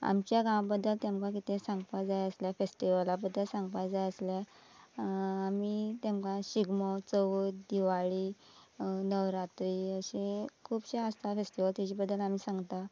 आमच्या गांवा बद्दल तांकां कितें सांगपाक जाय आसल्या फॅस्टिवला बद्दल सांगपाक जाय आसल्या आमी तांकां शिगमो चवथ दिवाळी नवरात्री अशे खुबशे आसता फॅस्टिवल ताजे बद्दल आमी सांगता